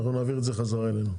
אנחנו נעביר את זה חזרה אלינו.